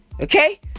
Okay